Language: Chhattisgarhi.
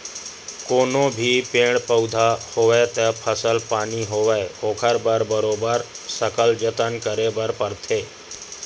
कोनो भी पेड़ पउधा होवय ते फसल पानी होवय ओखर बर बरोबर सकल जतन करे बर परथे